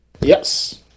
Yes